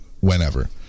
whenever